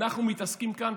במה אנחנו מתעסקים כאן?